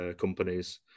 companies